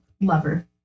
lover